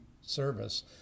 service